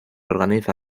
organiza